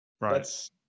Right